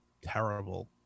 terrible